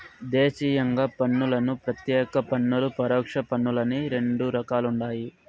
దేశీయంగా పన్నులను ప్రత్యేక పన్నులు, పరోక్ష పన్నులని రెండు రకాలుండాయి